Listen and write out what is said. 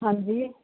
ਹਾਂਜੀ